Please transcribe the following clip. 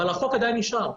אבל החוק עדיין נשאר,